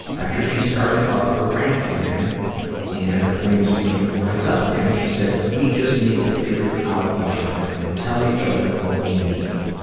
after she started up her rant again and the flames began to rise up again, she said, we just need to figure out each other and tell each other what we need,